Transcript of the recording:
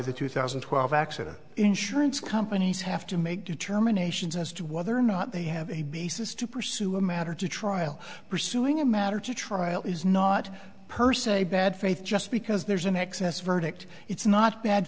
the two thousand and twelve accident insurance companies have to make determinations as to whether or not they have a basis to pursue a matter to trial pursuing a matter to trial is not per se bad faith just because there's an excess verdict it's not bad